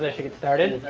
ah get started.